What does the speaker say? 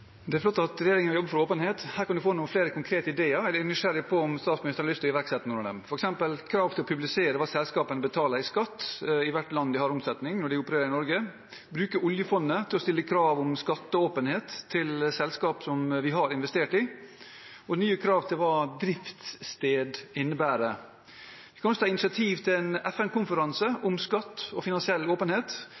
Det er flott at regjeringen jobber for åpenhet. Her er noen flere konkrete ideer, og jeg er nysgjerrig på om statsministeren har lyst til å iverksette noen av dem, f.eks. krav til å publisere hva selskapene betaler i skatt i hvert land hvor de har omsetning når de opererer i Norge, eller å bruke oljefondet til å stille krav om skatteåpenhet til selskap som vi har investert i, og nye krav til hva «driftssted» innebærer. Så kan en også ta initiativ til en FN-konferanse om skatt og finansiell åpenhet.